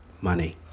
money